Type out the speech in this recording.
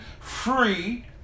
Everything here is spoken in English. free